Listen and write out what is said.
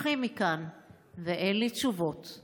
אקריא גם היום עדות של מתמחה ברפואה.